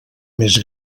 més